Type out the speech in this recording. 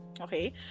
okay